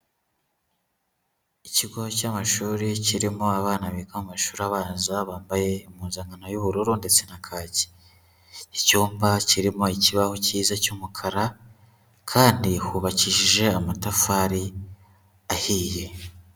Ikigo cy'amashuri kirimo abana biga mu mashuri abanza bambaye impuzankano y'ubururu ndetse na kacye. Icyumba kirimo ikibaho cyiza cy'umukara kandi hubakishije amatafari ahiye.